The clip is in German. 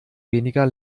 weniger